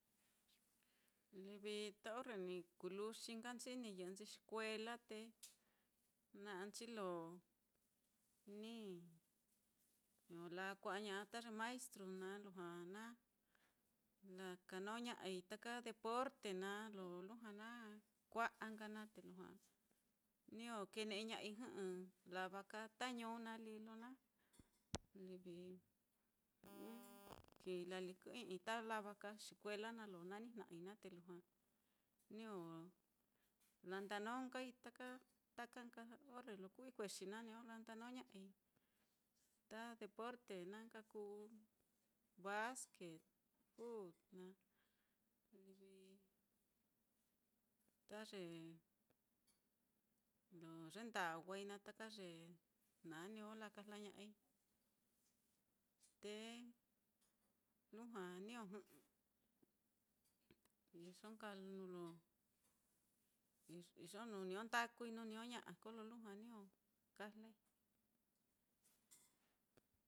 Livi ta orre ni kuu luxi nkanchi ni yɨ'ɨ nka nchi xikuela, te na'anchi lo niño lakua'aña'a ta ye maestru naá, lujua na lakanó ña'ai taka deporte naá, lo lujua na kua'a nka naá te lujua niño kene'eña'ai jɨ'ɨ, lava ka ta ñuu naá lí lo na livi jɨ'ɨ kii lalɨkɨ i'i ta lavaka xikuela naá lo na nijna'ai naá te lujua niño landanó nkai taka, taka nka orre lo kuu ikuexi naá, niño landanó ña'ai ta deporte na nka kuu basquet, fut naá, livi ta ye lo yenda'wai naá, taka ye naá niño lakajlaña'ai, te lujua niño jɨ'ɨ, iyo nka nuu lo iyo nuu niño ndakui nuu niño ña'a, kolo lujua niño kajlai.